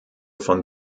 von